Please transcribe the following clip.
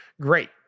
Great